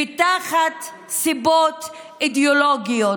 ותחת סיבות אידיאולוגיות.